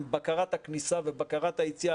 עם בקרת הכניסה ובקרת היציאה,